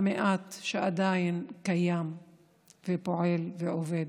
למעט שעדיין קיים ופועל ועובד.